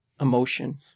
emotion